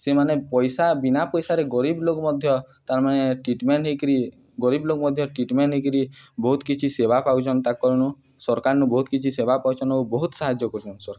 ସେମାନେ ପଇସା ବିନା ପଇସାରେ ଗରିବ ଲୋକ ମଧ୍ୟ ତାର୍ମାନେ ଟ୍ରିଟମେଣ୍ଟ ହେଇକିରି ଗରିବ ଲୋକ ମଧ୍ୟ ଟ୍ରିଟମେଣ୍ଟ ହେଇକିରି ବହୁତ କିଛି ସେବା ପାଉଛନ୍ ତାକରନୁ ସରକାରନୁ ବହୁତ କିଛି ସେବା ପାଉଛନ୍ ବହୁତ ସାହାଯ୍ୟ କରୁଚନ୍ ସରକାର